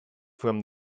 from